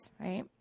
right